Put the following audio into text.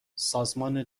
سازمان